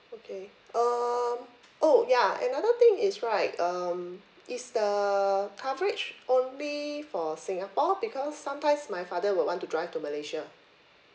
okay oh okay oh ya and the thing is right um this the err coverage oh maybe for singapore because sometimes my father will want to drive to malaysia